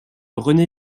renée